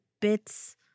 bits